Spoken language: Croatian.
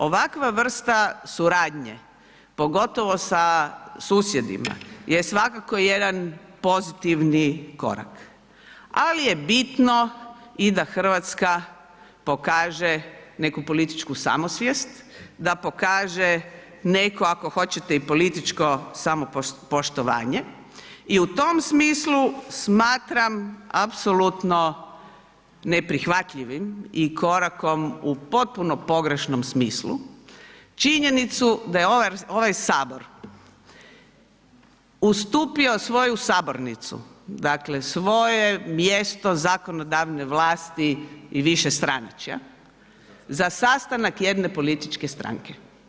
Ovakva vrsta suradnje, pogotovo sa susjedima je svakako jedan pozitivni korak, ali je bitno i da Hrvatska pokaže neku političku samosvijest, da pokaže neko, ako hoćete i političko samopoštovanje i u tom smislu smatram apsolutno neprihvatljivim i korak u potpuno pogrešnom smislu činjenicu da je ovaj Sabor ustupio svoju sabornicu, dakle svoje mjesto zakonodavne vlasti i višestranačja za sastanak jedne političke stranke.